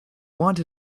want